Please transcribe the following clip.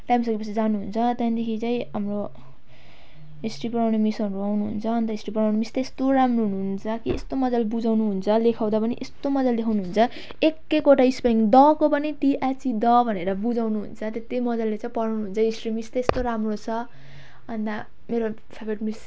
time सके पछि जानु हुन्छ त्यहाँदेखि चाहिँ हाम्रो हिस्ट्री पढाउने मिसहरू आउनु हुन्छ अन्त हिस्ट्री पढाउने मिस यस्तो राम्रो हुनु हुन्छ कि यस्तो मजाले बुझाउनु हुन्छ लेखाउँदा पनि यस्तो मजाले लेखाउनु हुन्छ एक एकवटा स्पेलिङ द को पनि टी एच ई द भनेर पढाउनु हुन्छ त्यति मजाले चाहिँ बुझाउनु हुन्छ हिस्ट्री मिस त्यस्तो राम्रो छ अन्त मेरो फेभ्रेट मिस